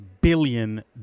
billion